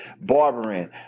barbering